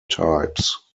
types